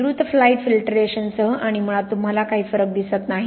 द्रुत फ्लाइट फिल्टरेशनसह आणि मुळात तुम्हाला काही फरक दिसत नाही